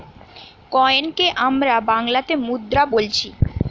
কয়েনকে আমরা বাংলাতে মুদ্রা বোলছি